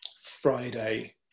Friday